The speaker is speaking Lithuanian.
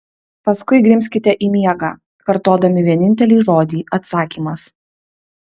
paskui grimzkite į miegą kartodami vienintelį žodį atsakymas